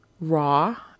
raw